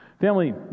Family